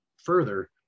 further